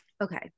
okay